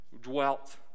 dwelt